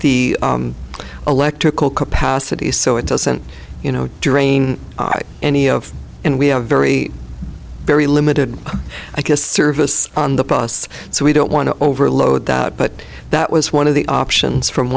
the electrical capacity so it doesn't you know drain any of and we have very very limited i guess service on the pos so we don't want to overload that but that was one of the options from